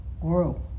grow